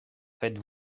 faites